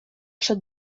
przed